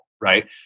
right